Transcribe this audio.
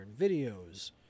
videos